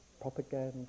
propaganda